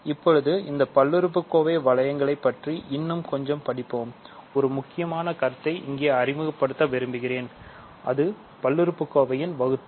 இப்போது இந்தபல்லுறுப்பு வளையங்களை பற்றி இன்னும் கொஞ்சம்படிப்போம் ஒரு முக்கியமான கருத்தை இங்கே அறிமுகப்படுத்த விரும்புகிறேன் அது பல்லுறுப்புக்கோவையின் வகுத்தல்